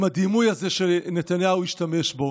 עם הדימוי הזה שנתניהו השתמש בו.